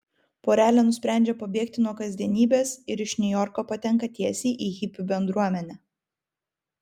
porelė nusprendžia pabėgti nuo kasdienybės ir iš niujorko patenka tiesiai į hipių bendruomenę